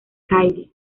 kylie